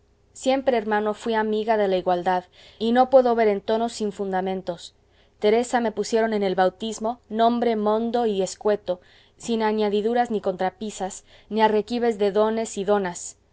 siempre hermano fui amiga de la igualdad y no puedo ver entonos sin fundamentos teresa me pusieron en el bautismo nombre mondo y escueto sin añadiduras ni cortapisas ni arrequives de dones ni donas